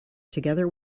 together